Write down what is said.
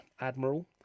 admiral